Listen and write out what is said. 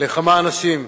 לכמה אנשים: